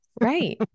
Right